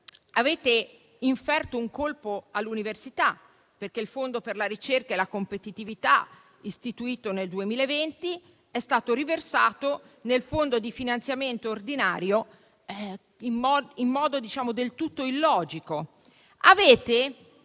Avete inferto un colpo all'università perché il Fondo per la ricerca e la competitività istituito nel 2020 è stato riversato nel Fondo di finanziamento ordinario in modo del tutto illogico.